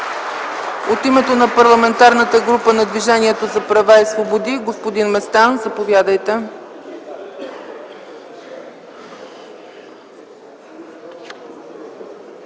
От името на Парламентарната група на Движението за права и свободи – господин Местан. Заповядайте.